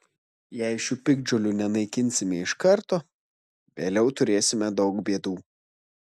jei šių piktžolių nenaikinsime iš karto vėliau turėsime daug bėdų